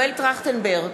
טרכטנברג,